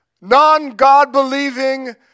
non-God-believing